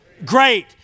great